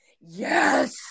Yes